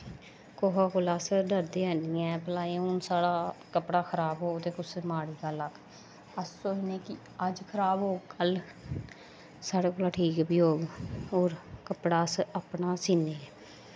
कुसै कोला दा अस डरदे हैन निं ऐं भला कपड़ा खराब होग ते कोई माड़ी गल्ल आखग अस सोचने कि अज्ज खराब होग कल्ल ठीक बी होग होर कपड़ा अस अपना सीन्ने